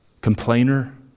complainer